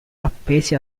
appesi